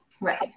Right